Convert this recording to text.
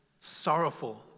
sorrowful